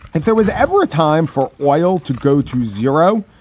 if there was ever a time for oil to go to zero,